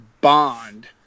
bond